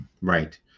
Right